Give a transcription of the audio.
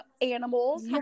animals